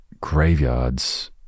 graveyards